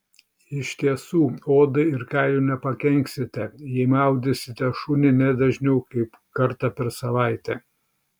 iš tiesų odai ir kailiui nepakenksite jei maudysite šunį ne dažniau kaip kartą per savaitę